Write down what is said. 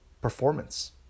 performance